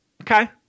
Okay